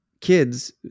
kids